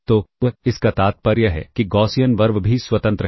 तो इसका तात्पर्य है कि गॉसियन RV भी स्वतंत्र हैं